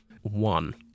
One